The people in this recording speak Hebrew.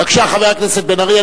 בבקשה, חבר הכנסת בן-ארי.